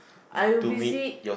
I will visit